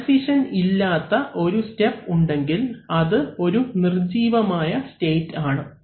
transition ഇല്ലാത്ത ഒരു step ഉണ്ടെങ്കിൽ അത് ഒരു നിർജീവമായ സ്റ്റേറ്റ് ആണ്